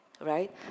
right